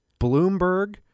Bloomberg